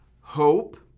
hope